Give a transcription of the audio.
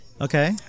Okay